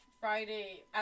Friday